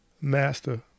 master